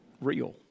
real